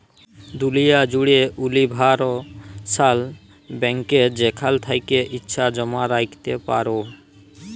দুলিয়া জ্যুড়ে উলিভারসাল ব্যাংকে যেখাল থ্যাকে ইছা জমা রাইখতে পারো